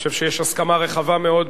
אני חושב שיש הסכמה רחבה מאוד,